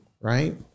Right